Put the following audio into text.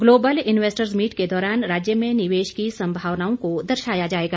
global investors meet के दौरान राज्य में निवेश की संभावनाओं को दर्शाया जाएगा